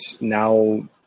now